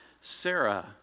Sarah